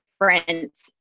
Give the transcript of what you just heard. different